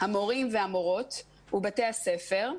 המורים והמורות ובתי הספר.